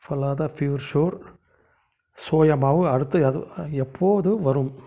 Phalada pure sure soya மாவு அடுத்து எப்போது வரும்